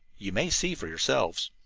you may see for yourselves.